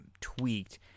tweaked